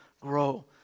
grow